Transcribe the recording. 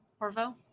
Orvo